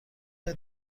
متر